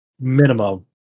minimum